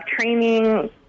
training